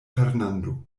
fernando